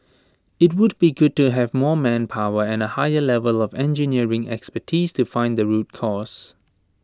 IT would be good to have more manpower and A higher level of engineering expertise to find the root cause